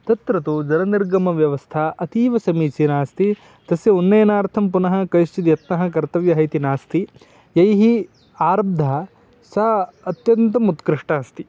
तत्र तु जलनिर्गमव्यवस्था अतीव समीचीना अस्ति तस्य उन्नयनार्थं पुनः कश्चित् यत्नः कर्तव्यः इति नास्ति यैः आरब्धः सा अत्यन्तम् उत्कृष्टा अस्ति